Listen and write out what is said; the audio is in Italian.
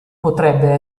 potrebbe